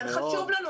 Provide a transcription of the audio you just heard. אבל חשוב לנו.